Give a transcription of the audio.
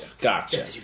gotcha